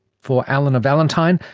for alana valentine,